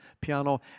piano